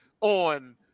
on